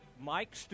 Mike